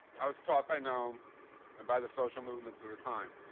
i was taught by noam and by the social movements of the time.